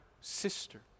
sister